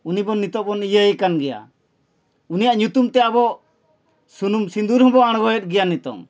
ᱩᱱᱤᱵᱚᱱ ᱱᱤᱛᱳᱜ ᱵᱚᱱ ᱤᱭᱟᱹᱭᱮ ᱠᱟᱱ ᱜᱮᱭᱟ ᱩᱱᱤᱭᱟᱜ ᱧᱩᱛᱩᱢ ᱛᱮ ᱟᱵᱚ ᱥᱩᱱᱩᱢ ᱥᱤᱸᱫᱩᱨ ᱦᱚᱸᱵᱚ ᱟᱬᱜᱚᱭᱮᱫ ᱜᱮᱭᱟ ᱱᱤᱛᱳᱝ